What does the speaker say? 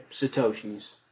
Satoshis